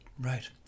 Right